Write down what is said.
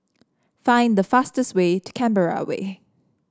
find the fastest way to Canberra Way